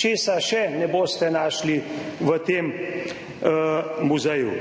Česa še ne boste našli v tem muzeju?